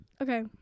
Okay